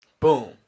Boom